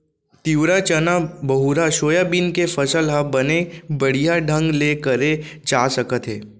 तिंवरा, चना, बहुरा, सोयाबीन के फसल ह बने बड़िहा ढंग ले करे जा सकत हे